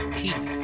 keep